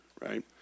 right